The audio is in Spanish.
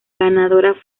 ganadora